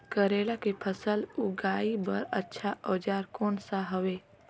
करेला के फसल उगाई बार अच्छा औजार कोन सा हवे?